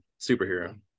superhero